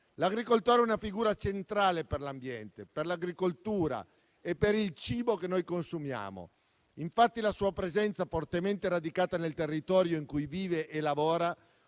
L'agricoltore è una figura centrale per l'ambiente, per l'agricoltura e per il cibo che consumiamo. La sua presenza, fortemente radicata nel territorio in cui vive e lavora,